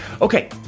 Okay